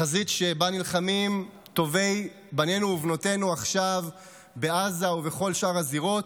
החזית שבה נלחמים טובי בנינו ובנותינו עכשיו בעזה ובכל שאר הזירות.